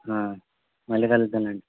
మళ్ళీ కలుద్దాంలేండి